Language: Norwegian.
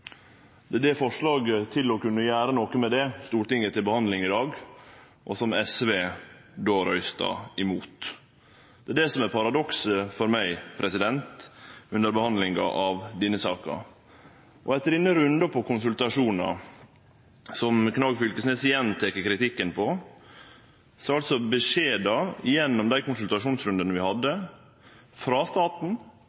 Det er eit forslag for å kunne gjere noko med det Stortinget har til behandling i dag, og som SV då røystar imot. Det er det som er paradokset for meg under behandlinga av denne saka. Og etter runden med konsultasjonar, som Knag Fylkesnes gjentek kritikken av, var altså beskjeden frå staten til Sametinget og NRL at om dette ikkje er ein måte vi